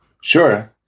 Sure